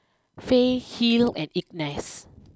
Fay Hill and Ignatz